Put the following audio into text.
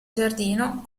giardino